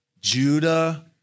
Judah